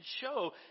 show